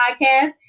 podcast